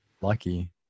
lucky